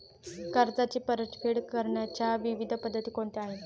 कर्जाची परतफेड करण्याच्या विविध पद्धती कोणत्या आहेत?